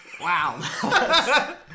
Wow